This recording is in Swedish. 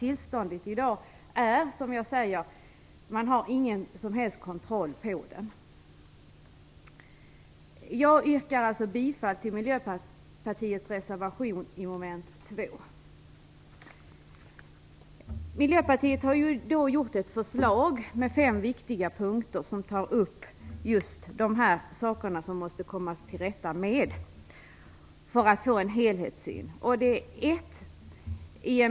I dag har man ingen som helst kontroll över tillståndet. Jag yrkar bifall till Miljöpartiets reservation avseende mom. 2. Miljöpartiet har gjort ett förslag med fem viktiga punkter som tar upp just de saker som vi måste komma till rätta med för att få en helhetssyn. 1.